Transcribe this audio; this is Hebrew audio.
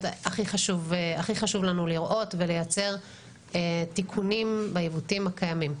הכי חשוב לנו לראות ולייצר תיקונים בעיוותים הקיימים.